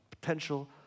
potential